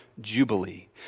jubilee